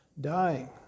dying